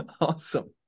Awesome